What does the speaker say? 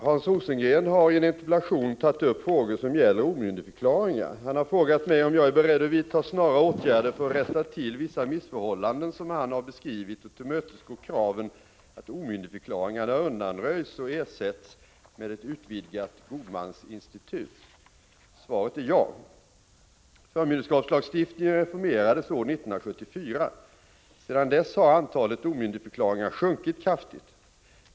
Herr talman! Hans Rosengren har i en interpellation tagit upp frågor som gäller omyndigförklaringar. Han har frågat mig om jag är beredd att vidta snara åtgärder för att rätta till vissa missförhållanden som han har beskrivit och tillmötesgå kraven att omyndigförklaringarna undanröjs och ersätts med ett utvidgat godmansinstitut. Svaret är ja. Förmynderskapslagstiftningen reformerades år 1974. Sedan dess har antalet omyndigförklaringar sjunkit kraftigt.